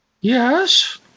Yes